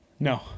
No